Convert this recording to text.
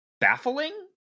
baffling